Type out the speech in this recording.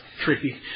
tricky